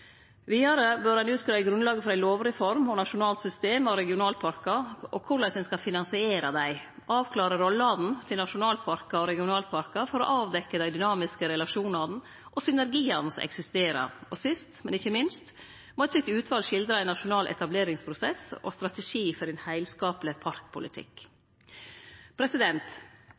Vidare bør ein utgreie grunnlaget for ei lovreform og eit nasjonalt system av regionalparkar og korleis ein skal finansiere dei, avklare rollene til nasjonalparkar og regionalparkar for å avdekkje dei dynamiske relasjonane og synergiane som eksisterer. Sist, men ikkje minst må eit slikt utval skildre ein nasjonal etableringsprosess og strategi for ein heilskapleg parkpolitikk.